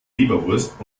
leberwurst